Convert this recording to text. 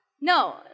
No